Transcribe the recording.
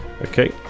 Okay